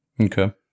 Okay